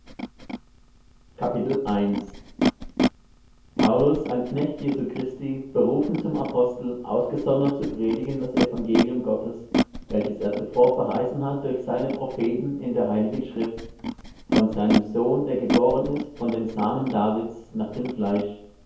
paulus ein knecht jesu christi berufen zum apostel ausgesondert zu predigen das evangelium gottes welches er zuvor verheißen hat durch seine propheten in der heiligen schrift von seinem sohn der geboren ist von dem samen davids nach dem fleisch